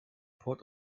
port